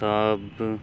ਸਭ